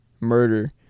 Murder